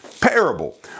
parable